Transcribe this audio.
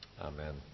Amen